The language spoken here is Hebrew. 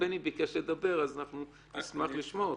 בני ביקש לדבר אז אנחנו נשמח לשמוע אותו.